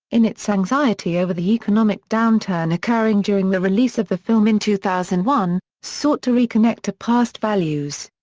in its anxiety over the economic downturn occurring during the release of the film in two thousand and one, sought to reconnect to past values.